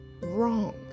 wrong